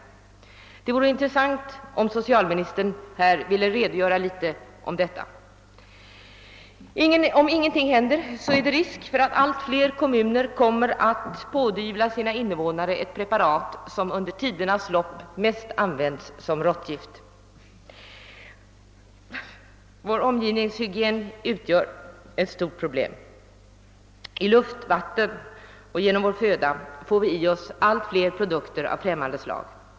Det vore intressant om socialministern här ville redogöra litet för den saken. Om ingenting händer, är det risk för att allt fler kommuner kommer att pådyvla sina invånare ett preparat, som under tis dernas lopp har använts mest som råttgift. Vår omgivningshygien utgör ett växande problem. I luft, vatten och genom vår föda får vi i oss allt fler produkter av främmande slag.